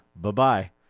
Bye-bye